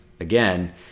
Again